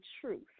truth